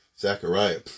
Zechariah